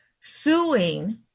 suing